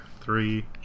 three